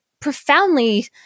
profoundly